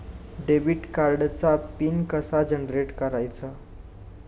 Debit कार्डचा PIN कसा generate करायचा?